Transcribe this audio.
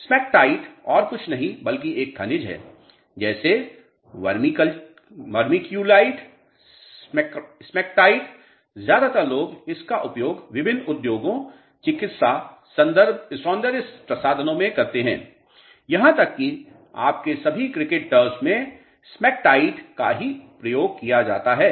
Smectite और कुछ नहीं बल्कि एक खनिज है जैसे vermiculite smectite ज्यादातर लोग इसका उपयोग विभिन्न उद्योगों चिकित्सा सौंदर्य प्रसाधनों में करते हैं यहाँ तक कि आपके सभी क्रिकेट टर्फ़स में smectite का ही प्रयोग किया जाता है